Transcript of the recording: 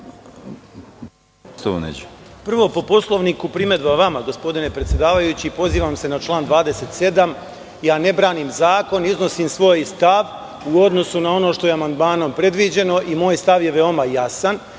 Prvo po Poslovniku, primedba vama gospodine predsedavajući. Pozivam se na član 27. ja ne branim zakon iznosim svoj stav u odnosu na ono što je amandmanom predviđeno i moj stav je veoma jasan,